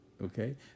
Okay